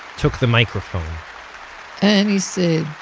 took the microphone and he said,